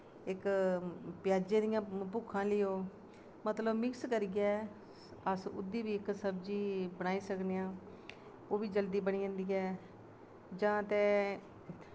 इक प्याजे दियां भूखां लैओ मतलव मिक्स करियै अस ओह्दी बी इक सब्जी बनाई सकने आं ओह्बी जल्दी बनी जंदी ऐ जां ते